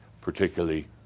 particularly